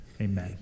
amen